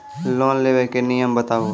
Loan लेबे के नियम बताबू?